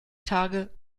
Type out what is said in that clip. tage